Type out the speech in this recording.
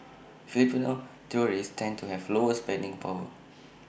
Filipino tourists tend to have lower spending power